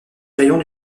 rayons